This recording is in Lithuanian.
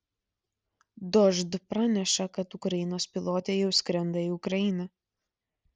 dožd praneša kad ukrainos pilotė jau skrenda į ukrainą